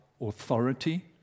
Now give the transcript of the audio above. authority